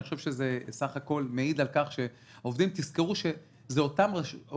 אני חושב שזה בסך הכל מעיד על כך שזה אותם עובדי